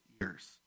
years